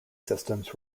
systems